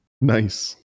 nice